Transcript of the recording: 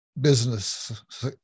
business